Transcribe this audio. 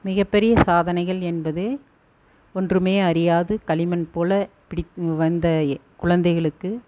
மிகப்பெரிய சாதனைகள் என்பது ஒன்றுமே அறியாது களிமண் போல் பிடித் வந்த எ குழந்தைகளுக்கு